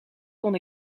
kon